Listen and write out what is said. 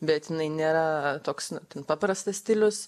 bet jinai nėra toks paprastas stilius